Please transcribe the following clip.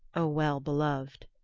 o well beloved.